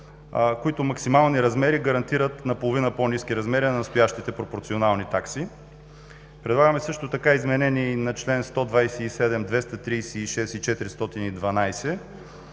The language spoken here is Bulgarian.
които максимални размери гарантират наполовина по-ниски размери на настоящите пропорционални такси. Предлагаме, също така, изменение и на членове 127, 236 и 412,